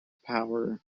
power